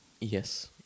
yes